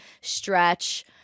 stretch